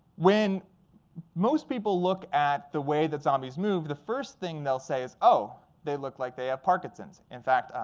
when most people look at the way that zombies move, the first thing they'll say is, oh, they look like they have parkinson's. in fact,